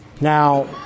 Now